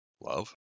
love